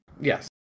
Yes